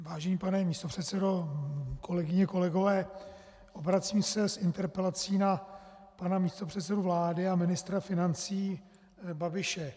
Vážený pane místopředsedo, kolegyně, kolegové, obracím se s interpelací na pana místopředsedu vlády a ministra financí Babiše.